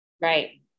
right